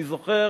אני זוכר